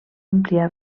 àmplia